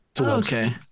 Okay